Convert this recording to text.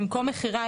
במקום "מכירה",